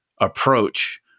approach